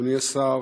אדוני השר,